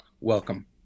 Welcome